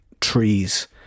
trees